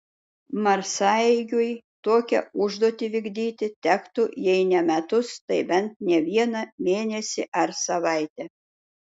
marsaeigiui tokią užduotį vykdyti tektų jei ne metus tai bent ne vieną mėnesį ar savaitę